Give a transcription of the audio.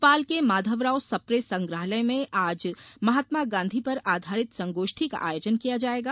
भोपाल के माधवराव सप्रे संग्रहालय में आज महात्मा गांधी पर आधारित संगोष्ठी का आयोजन किया जायेगा